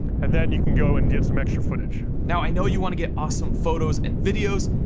and then you can go and get some extra footage. now, i know you wanna get awesome photos and videos,